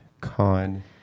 Con